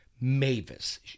Mavis